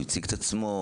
הוא הציג את עצמו?